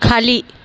खाली